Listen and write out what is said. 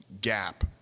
gap